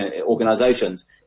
organizations